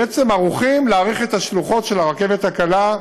בעצם ערוכים להאריך את השלוחות של הרכבת הקלה,